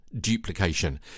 Duplication